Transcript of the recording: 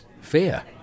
fear